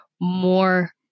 more